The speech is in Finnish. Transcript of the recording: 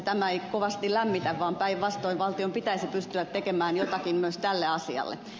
tämä ei kovasti lämmitä vaan päinvastoin valtion pitäisi pystyä tekemään jotakin myös tälle asialle